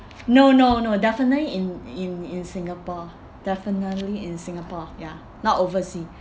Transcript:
no no no definitely in in in Singapore definitely in Singapore ya not oversea